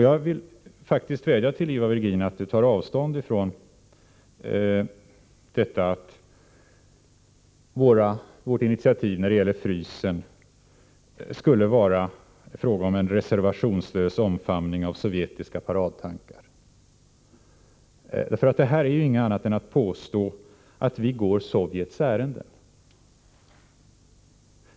Jag vill faktiskt vädja till Ivar Virgin att ta avstånd från påståendet att vårt initiativ när det gäller frysen skulle vara en reservationslös omfamning av sovjetiska paradtankar. Det är nämligen ingenting annat än att påstå att vi går Sovjets ärenden.